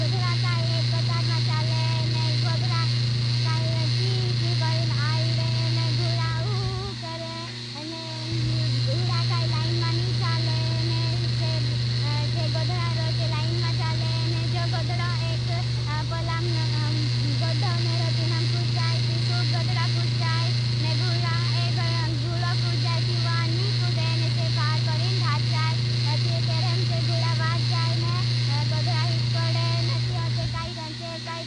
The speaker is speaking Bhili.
गुधरा काई एक कतार मा चाले, गुधरा काई ची ची करें। आईडे, गुधरा हू हू करें, गुधरा काई लाइन मा नी चाले। जो गुधरा रो चे लाइन मा चाले। जो गुधरो एक पलाम गधो ने रो ती नाम कुछ जाए। ती सूप गुधरा कुछ जाए, गुधरा एक परदे नति अते काई,